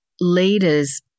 leaders